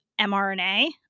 mRNA